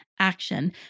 Action